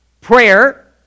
prayer